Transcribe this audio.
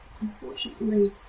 Unfortunately